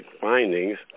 findings